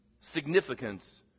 Significance